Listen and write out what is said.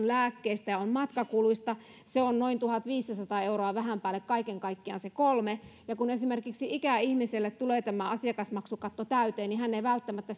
lääkkeistä ja on matkakuluista se on noin tuhatviisisataa euroa vähän päälle kaiken kaikkiaan se kolme kun esimerkiksi ikäihmiselle tulee tämä asiakasmaksukatto täyteen niin hän ei välttämättä